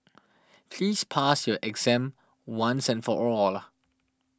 please pass your exam once and for all